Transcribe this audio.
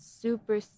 super